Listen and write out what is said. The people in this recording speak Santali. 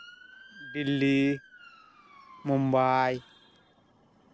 ᱫᱤᱞᱞᱤ ᱢᱩᱢᱵᱟᱭ